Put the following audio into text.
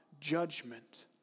judgment